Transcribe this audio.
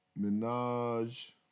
Minaj